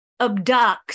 abducts